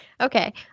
Okay